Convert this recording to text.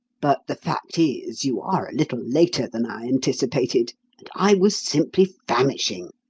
but the fact is you are a little later than i anticipated and i was simply famishing.